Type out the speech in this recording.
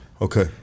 Okay